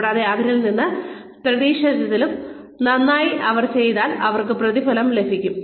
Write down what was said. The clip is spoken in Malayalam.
കൂടാതെ അവരിൽ നിന്ന് പ്രതീക്ഷിച്ചതിലും നന്നായി അവർ ചെയ്താൽ അവർക്ക് പ്രതിഫലം ലഭിക്കും